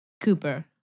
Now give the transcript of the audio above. Cooper